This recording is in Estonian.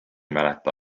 mäleta